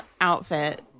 outfit